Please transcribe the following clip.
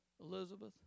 Elizabeth